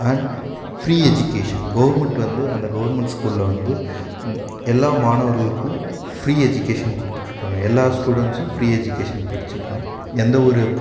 and free education கவுர்மண்டை வந்து அந்த கவுர்மண்டை ஸ்கூல்ல வந்து எல்லா மாணவர்களுக்கும் ஃப்ரீ எஜிகேஷன் கொடுத்துட்ருக்காங்க எல்லா ஸ்டூடண்ட்ஸும் ஃப்ரீ எஜிகேஷன் படிச்சுக்கிலாம் எந்த ஒரு